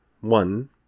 one